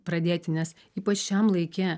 pradėti nes ypač šiam laike